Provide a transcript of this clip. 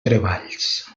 treballs